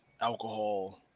alcohol